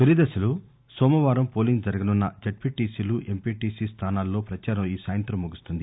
తొలీదశ లో సోమవారం పోలీంగు జరగనున్న జడ్పిటిసి లు ఎంపిటిసి స్థానాలలో ప్రచారం ఈ సాయంత్రం ముగుస్తుంది